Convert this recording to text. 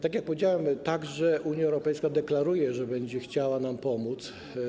Tak jak powiedziałem, także Unia Europejska deklaruje, że będzie chciała nam pomóc.